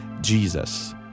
Jesus